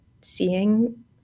seeing